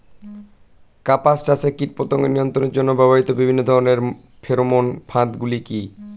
কাপাস চাষে কীটপতঙ্গ নিয়ন্ত্রণের জন্য ব্যবহৃত বিভিন্ন ধরণের ফেরোমোন ফাঁদ গুলি কী?